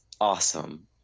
awesome